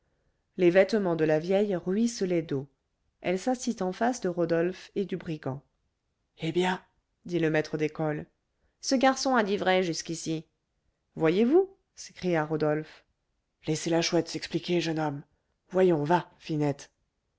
les vêtements de la vieille ruisselaient d'eau elle s'assit en face de rodolphe et du brigand eh bien dit le maître d'école ce garçon a dit vrai jusqu'ici voyez-vous s'écria rodolphe laissez la chouette s'expliquer jeune homme voyons va finette